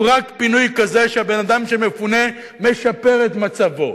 הוא רק פינוי כזה שהאדם שמפונה משפר את מצבו,